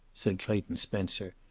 said clayton spencer,